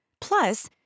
Plus